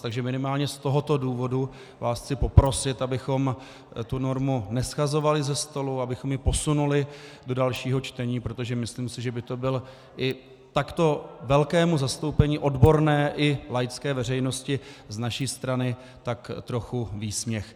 Takže minimálně z tohoto důvodu vás chci poprosit, abychom tu normu neshazovali ze stolu, abychom ji posunuli do dalšího čtení, protože myslím si, že by to byl i takto velkému zastoupení odborné i laické veřejnosti z naší strany tak trochu výsměch.